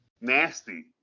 nasty